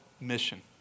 mission